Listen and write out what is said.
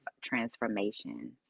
transformation